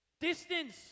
Distance